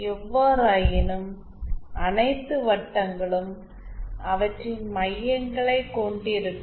எவ்வாறாயினும் அனைத்து வட்டங்களும் அவற்றின் மையங்களைக் கொண்டிருக்கும்